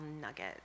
nugget